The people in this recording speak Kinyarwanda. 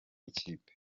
nikipe